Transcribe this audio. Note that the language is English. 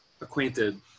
acquainted